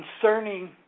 concerning